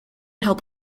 help